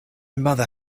mother